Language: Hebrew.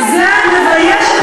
זה מבייש את התורה.